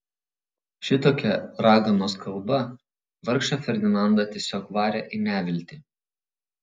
šitokia raganos kalba vargšą ferdinandą tiesiog varė į neviltį